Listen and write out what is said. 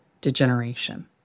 degeneration